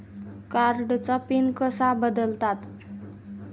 कार्डचा पिन कसा बदलतात?